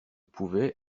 pouvait